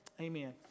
Amen